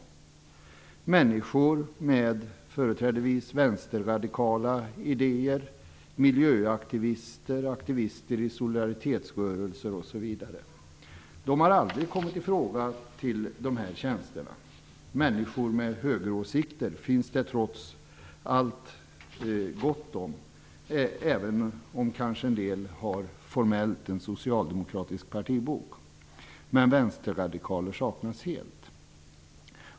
Det är människor med företrädesvis vänsterradikala idéer, miljöaktivister, aktivister i solidaritetsrörelser osv. De har aldrig kommit i fråga för dessa tjänster. Människor med högeråsikter finns det trots allt gott om, även om en del kanske formellt har en socialdemokratisk partibok. Vänsterradikaler saknas helt.